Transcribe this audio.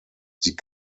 sie